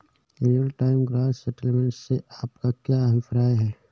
Real time gross settlement से आपका क्या अभिप्राय है?